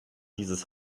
dieses